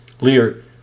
Lear